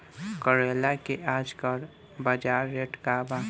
करेला के आजकल बजार रेट का बा?